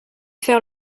faire